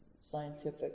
scientific